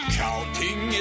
counting